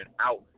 out